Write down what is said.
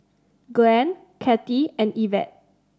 Glenn Kathie and Evette